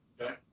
okay